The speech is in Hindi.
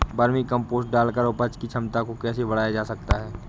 वर्मी कम्पोस्ट डालकर उपज की क्षमता को कैसे बढ़ाया जा सकता है?